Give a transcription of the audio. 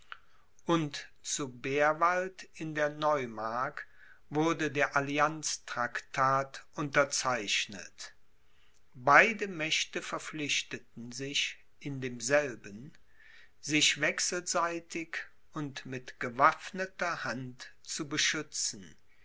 und zu beerwald in der neumark wurde der allianztraktat unterzeichnet beide mächte verpflichteten sich in demselben sich wechselseitig und mit gewaffneter hand zu beschützen